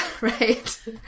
right